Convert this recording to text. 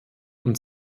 und